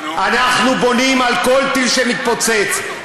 אנחנו בונים על כל טיל שמתפוצץ,